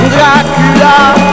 Dracula